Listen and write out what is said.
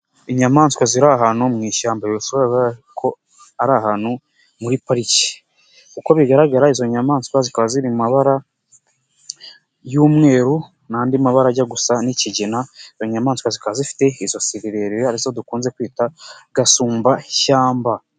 Inyamaswa ziri ahantu mu ishyamba, bishobora kuba bigaragara ko ari ahantu muri pariki, uko bigaragara izo nyamaswa zikaba ziri mu mabara, y'umweru n'andi mabara ajya gusa n'kigina, izo nyamaswa zikaba zifite izosi rirerire, ari zo dukunze kwita gasumbashyamba.